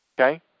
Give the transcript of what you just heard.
Okay